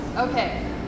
Okay